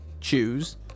choose